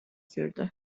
sürdü